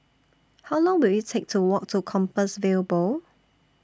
How Long Will IT Take to Walk to Compassvale Bow